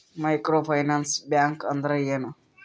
Micro finance bank ಅಂದ್ರ ಏನು?